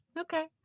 Okay